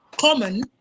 common